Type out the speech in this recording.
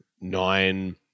nine